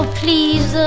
please